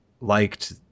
liked